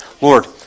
Lord